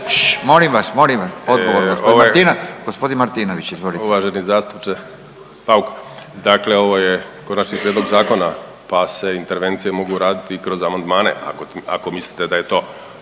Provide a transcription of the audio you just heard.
molim vas, molim vas, odgovor. G. Martinović, izvolite. **Martinović, Juro** Uvaženi zastupniče Bauk, dakle ovo je konačni prijedlog zakona pa se intervencije mogu raditi i kroz amandmane, ako mislite da je to